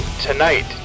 tonight